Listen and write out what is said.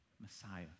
Messiah